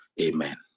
Amen